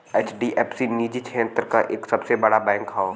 HDFC निजी क्षेत्र क सबसे बड़ा बैंक हौ